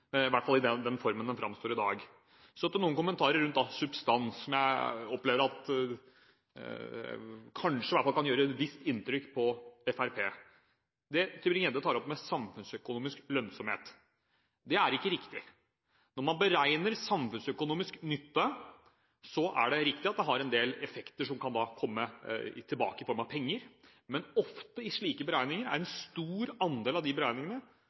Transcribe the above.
hvert fall i den formen det framstår i dag. Så til noen kommentarer rundt substans, som jeg opplever kan – i hvert fall kanskje – gjøre et visst inntrykk på Fremskrittspartiet. Det Tybring-Gjedde tar opp med «samfunnsøkonomisk lønnsomhet», er ikke riktig. Når man beregner samfunnsøkonomisk nytte, er det riktig at det har en del effekter som kan komme tilbake i form av penger, men i slike beregninger er ofte en stor andel av de beregningene